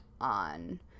on